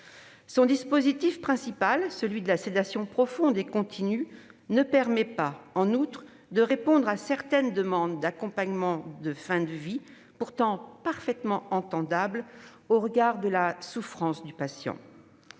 son dispositif principal, la sédation profonde et continue, ne permet pas de répondre à certaines demandes d'accompagnement de la fin de vie, pourtant parfaitement entendables, au regard de la souffrance du patient.